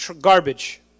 garbage